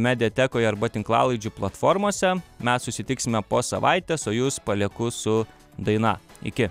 mediatekoje arba tinklalaidžių platformose mes susitiksime po savaitės o jus palieku su daina iki